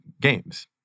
games